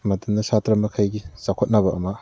ꯃꯗꯨꯅ ꯁꯥꯇ꯭ꯔꯈꯩꯒꯤ ꯆꯥꯎꯈꯠꯅꯕ ꯑꯃ